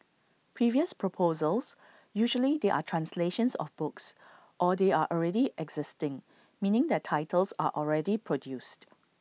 previous proposals usually they are translations of books or they are already existing meaning their titles are already produced